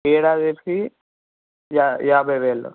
ఏడాది ఫీ యాభై వేలు